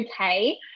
okay